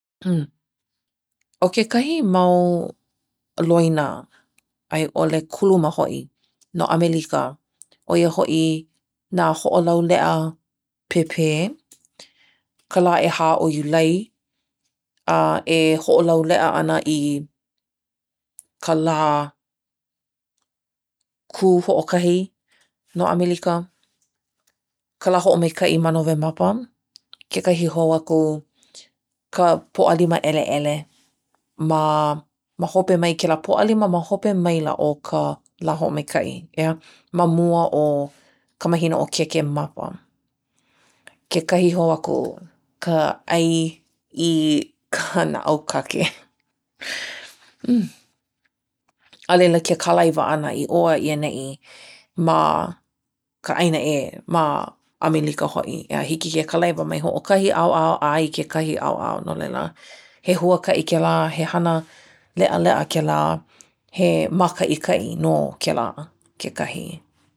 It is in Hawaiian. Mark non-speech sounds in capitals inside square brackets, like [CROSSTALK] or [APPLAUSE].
[NOISE] ʻo kekahi mau [HESITATION] loina a i ʻole kuluma hoʻi no ʻamelika, ʻoia hoʻi nā hoʻolauleʻa pēpē. [NOISE] ka lā ʻehā o iulai. a, e hoʻolauleʻa ana i [HESITATION] [NOISE] ka lā [HESITATION] kū hoʻokahi no ʻamelika? ka lā hoʻomaikaʻi ma nowemapa? [NOISE] kekahi hou aku [NOISE] ka [HESITATION] pōʻalima ʻeleʻele ma [HESITATION] ma hope mai kēlā pōʻalima ma hope maila o ka [HESITATION] lā hoʻomaikaʻi, ʻeā? [NOISE] ma mua o [HESITATION] ka mahina o kēkēmapa. kekahi hou aku, [HESITATION] ka ʻai [HESITATION] i [HESITATION] ka [LAUGHS] naʻaukake [HESITATION] [LAUGHS] [NOISE] a laila ke kalaiwa ʻana i ʻō a ʻia neʻi [NOISE] ma [HESITATION] ka ʻāina ʻē ma [HESITATION] ʻamelika hoʻi, ʻeā, hiki ke kalaiwa mai hoʻokahi ʻaoʻao a i kekahi ʻaoʻao no laila [NOISE] [HESITATION] he huakaʻi kēlā, he hana [HESITATION] leʻaleʻa kēlā. he mākaʻikaʻi nō [HESITATION] kēlā kekahi.